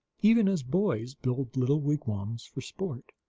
even as boys build little wigwams for sport,